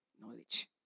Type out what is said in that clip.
knowledge